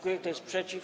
Kto jest przeciw?